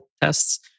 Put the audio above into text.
tests